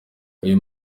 uyu